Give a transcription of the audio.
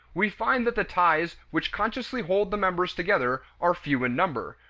we find that the ties which consciously hold the members together are few in number,